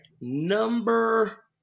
Number